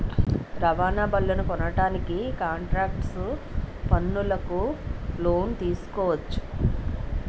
రవాణా బళ్లనుకొనడానికి కాంట్రాక్టు పనులకు లోను తీసుకోవచ్చు